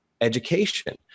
education